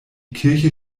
kirche